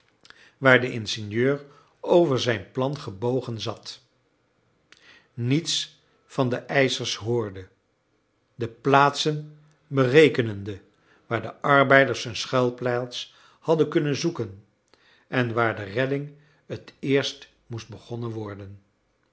waar de ingenieur over zijn plan gebogen zat niets van de eischers hoorde de plaatsen berekenende waar de arbeiders een schuilplaats hadden kunnen zoeken en waar de redding het eerst moest begonnen worden